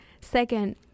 second